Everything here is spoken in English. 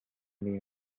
meal